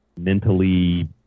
mentally